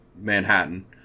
Manhattan